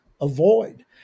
avoid